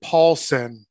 Paulson